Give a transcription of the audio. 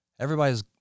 everybody's